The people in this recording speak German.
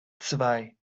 zwei